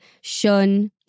Shun